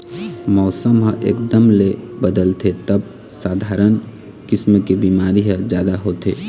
मउसम ह एकदम ले बदलथे तब सधारन किसम के बिमारी ह जादा होथे